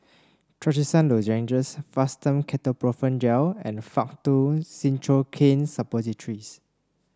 Trachisan Lozenges Fastum Ketoprofen Gel and Faktu Cinchocaine Suppositories